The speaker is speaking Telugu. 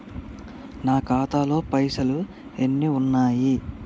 నా ఖాతాలో పైసలు ఎన్ని ఉన్నాయి?